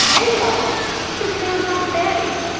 hey, y'all. this is sam's aunt betty.